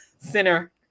Sinner